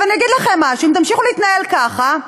עכשיו אני אגיד לכם משהו: אם תמשיכו להתנהל ככה,